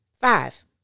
Five